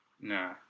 Nah